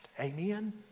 Amen